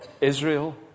Israel